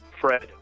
Fred